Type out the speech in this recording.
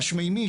השמיימי,